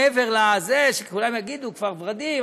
מעבר לזה שכולם יגידו: כפר ורדים,